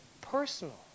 personal